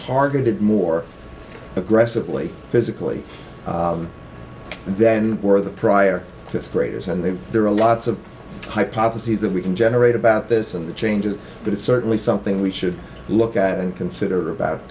targeted more aggressively physically and then were the prior fifth graders and there are lots of hypotheses that we can generate about this in the changes but it's certainly something we should look at and consider about